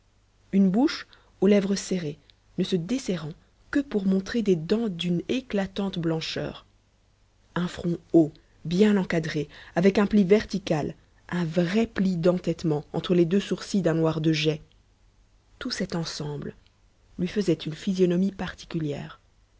une bouche aux lèvres serrées ne se desserrant que pour montrer des dents d'une éclatante blancheur un front haut bien encadré avec un pli vertical un vrai pli d'entêtement entre les deux sourcils d'un noir de jais tout cet ensemble lui faisait une physionomie particulière